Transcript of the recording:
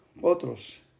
otros